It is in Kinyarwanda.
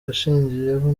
yashingiyeho